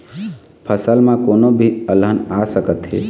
फसल म कोनो भी अलहन आ सकत हे